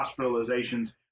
hospitalizations